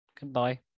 goodbye